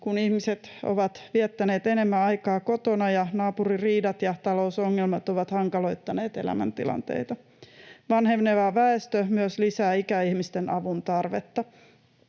kun ihmiset ovat viettäneet enemmän aikaa kotona ja naapuririidat ja talousongelmat ovat hankaloittaneet elämäntilanteita. Vanheneva väestö myös lisää ikäihmisten avun tarvetta.